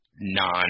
non